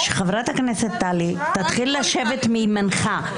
שחברת הכנסת טלי תתחיל לשבת מימינך.